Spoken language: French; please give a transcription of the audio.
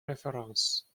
références